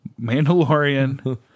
Mandalorian